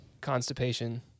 constipation